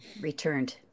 Returned